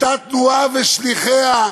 אותה תנועה ושליחיה,